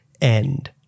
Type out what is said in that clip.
end